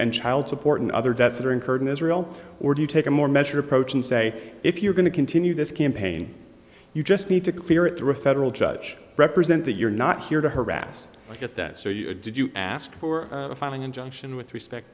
and child support and other debts that are incurred in israel or do you take a more measured approach and say if you're going to continue this campaign you just need to clear it through a federal judge represent that you're not here to harass to get that so you did you ask for a filing injunction with respect